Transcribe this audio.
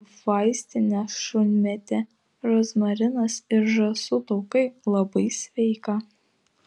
vaistinė šunmėtė rozmarinas ir žąsų taukai labai sveika